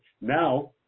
now